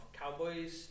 cowboys